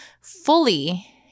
fully